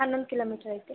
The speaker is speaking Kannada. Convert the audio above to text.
ಹನ್ನೊಂದು ಕಿಲೋಮಿಟರ್ ಐತೆ